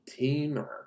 teamer